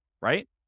right